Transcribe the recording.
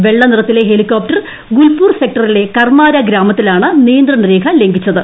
വെള്ള നിറത്തിലെ ഹെലികോപ്റ്റർ ഗുൽപൂർ സെക്ടറിലെ കർമ്മാര ഗ്രാമത്തിലാണ് നിയന്ത്രണ രേഖ ലംഘിച്ചത്